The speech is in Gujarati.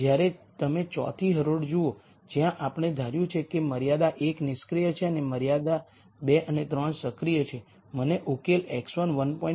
જ્યારે તમે 4 થી હરોળ જુઓ જ્યાં આપણે ધાર્યું છે કે મર્યાદા 1 નિષ્ક્રિય છે અને 2 અને 3 સક્રિય છે મને ઉકેલ x1 1